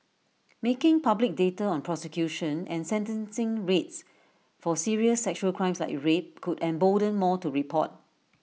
making public data on prosecution and sentencing rates for serious sexual crimes like rape could embolden more to report